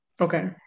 okay